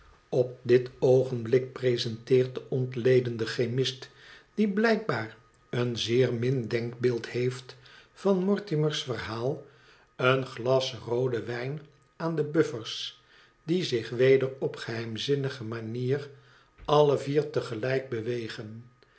op mt oogenblik presenteert de ontledende chemist die blijkbaar een zeer min denkbeeld heeft van mortimer's verhaal een glas rooden w aan de bufifers die zich weder op geheimzinnige manier alle vier te gelijk bewegen